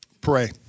Pray